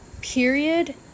period